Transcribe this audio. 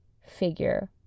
figure